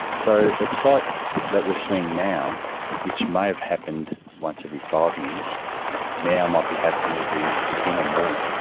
so a sight that we're seeing now which may have happened once every five years now might be happening every ten or more.